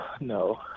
No